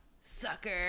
Sucker